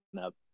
up